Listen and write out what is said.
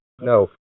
No